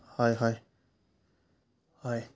হয় হয় হয়